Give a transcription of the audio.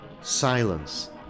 silence